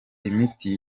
imiti